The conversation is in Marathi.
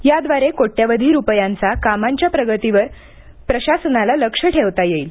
याद्वारे कोट्यवधी रुपयांचा कामांच्या प्रगतीवर प्रशासनाला लक्ष ठेवता येईल